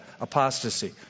apostasy